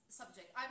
subject